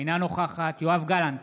אינה נוכחת יואב גלנט,